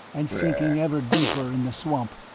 and sinking ever deeper in the swamp,